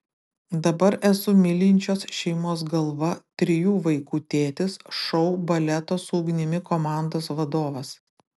dabar esu mylinčios šeimos galva trijų vaikų tėtis šou baleto su ugnimi komandos vadovas